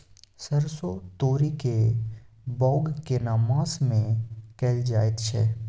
सरसो, तोरी के बौग केना मास में कैल जायत छै?